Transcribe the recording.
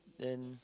then